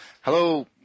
Hello